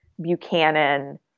Buchanan